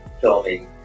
filming